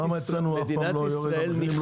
למה אצלנו אף פעם לא יורד המחיר?